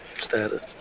status